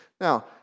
Now